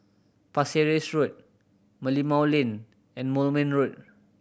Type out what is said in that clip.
Pasir Ris Road Merlimau Lane and Moulmein Road